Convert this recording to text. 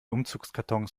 umzugskartons